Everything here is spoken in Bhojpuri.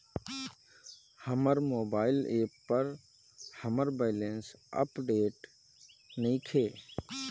हमर मोबाइल ऐप पर हमर बैलेंस अपडेट नइखे